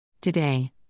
Today